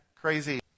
crazy